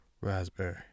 raspberry